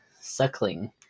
Suckling